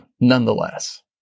nonetheless